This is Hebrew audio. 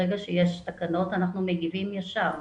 ברגע שיש תקנות אנחנו מגיבים ישר,